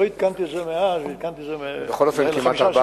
לא עדכנתי את זה מאז, עדכנתי את זה ב-15 ביוני.